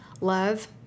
Love